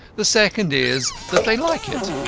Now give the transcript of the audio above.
the second is, that they like it.